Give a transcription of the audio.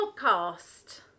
podcast